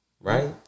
Right